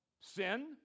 Sin